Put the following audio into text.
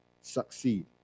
succeed